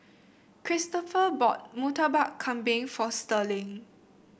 Kristopher bought Murtabak Kambing for Sterling